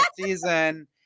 season